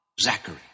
Zachary